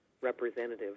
representative